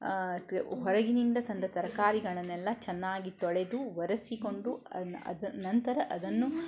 ತ್ ಹೊರಗಿನಿಂದ ತಂದ ತರಕಾರಿಗಳನ್ನೆಲ್ಲ ಚೆನ್ನಾಗಿ ತೊಳೆದು ಒರೆಸಿಕೊಂಡು ಅದ್ನ ಅದು ನಂತರ ಅದನ್ನು